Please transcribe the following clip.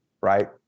right